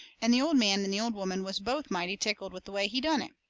and the old man and the old woman was both mighty tickled with the way he done it.